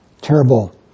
terrible